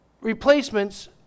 replacements